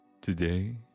Today